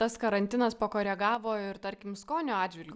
tas karantinas pakoregavo ir tarkim skonio atžvilgiu